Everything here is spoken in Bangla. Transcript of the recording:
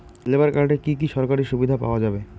লেবার কার্ডে কি কি সরকারি সুবিধা পাওয়া যাবে?